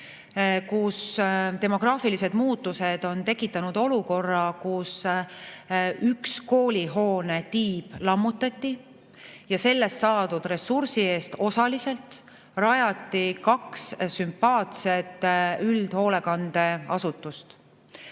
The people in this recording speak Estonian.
on demograafilised muutused tekitanud olukorra, kus üks koolihoone tiib lammutati ja sellest saadud ressursi eest osaliselt rajati kaks sümpaatset üldhoolekandeasutust: